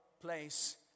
place